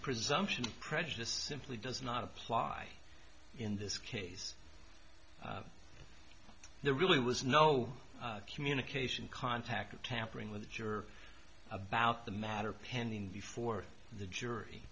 presumption prejudice simply does not apply in this case there really was no communication contact or tampering with the juror about the matter pending before the jury